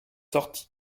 sorti